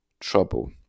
trouble